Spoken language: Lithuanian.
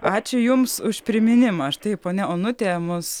ačiū jums už priminimą štai ponia onutė mus